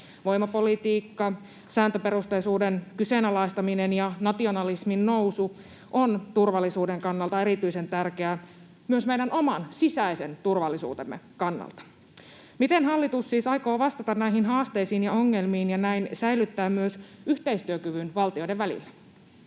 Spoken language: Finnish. Voimapolitiikka, sääntöperusteisuuden kyseenalaistaminen ja nationalismin nousu ovat turvallisuuden kannalta erityisen tärkeitä, myös meidän oman sisäisen turvallisuutemme kannalta. Miten hallitus siis aikoo vastata näihin haasteisiin ja ongelmiin ja näin säilyttää myös yhteistyökyvyn valtioiden välillä?